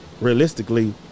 realistically